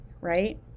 right